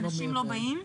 אנשים לא באים?